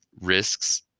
risks